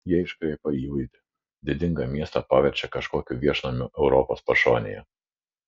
jie iškraipo įvaizdį didingą miestą paverčia kažkokiu viešnamiu europos pašonėje